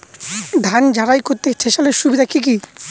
ধান ঝারাই করতে থেসারের সুবিধা কি কি?